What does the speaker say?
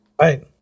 Right